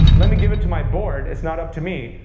let me give it to my board. it's not up to me.